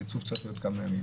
הריצוף צריך להיות כמה ימים.